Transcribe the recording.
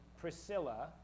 Priscilla